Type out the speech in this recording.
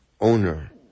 owner